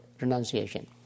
renunciation